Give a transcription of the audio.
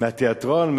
מהתיאטרון.